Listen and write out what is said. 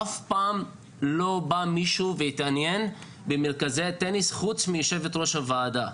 אף פעם לא בא מישהו והתעניין במרכזי הטניס חוץ מיו"ר הועדה.